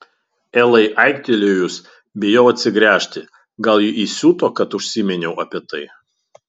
elai aiktelėjus bijau atsigręžti gal ji įsiuto kad užsiminiau apie tai